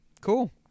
Cool